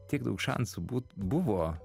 tiek daug šansų būt buvo